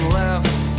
left